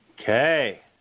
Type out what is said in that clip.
Okay